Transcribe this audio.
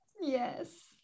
Yes